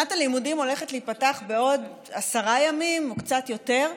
שנת הלימודים הולכת להיפתח בעוד עשרה ימים או קצת יותר,